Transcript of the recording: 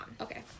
Okay